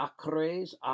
Acres